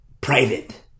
private